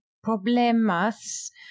problemas